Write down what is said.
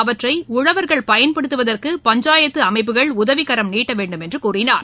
அவற்றை உழவர்கள பயன்படுத்துவதற்கு பஞ்சாயத்து அமைப்புகள் உதவிக்கரம் நீட்ட வேண்டும் என்று கூறினார்